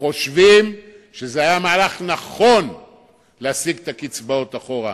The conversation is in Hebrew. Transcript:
אנחנו חושבים שזה היה מהלך נכון להסיג את הקצבאות אחורה,